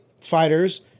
fighters